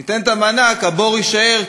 אם ניתן את המענק הבור יישאר,